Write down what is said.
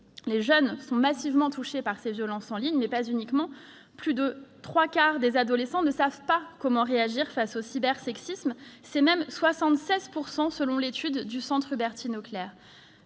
Les jeunes sont massivement touchés par ces violences en ligne, mais pas uniquement eux : plus de trois quarts des adolescents ne savent pas comment réagir face au cybersexisme -76 %, selon l'étude du Centre Hubertine Auclert.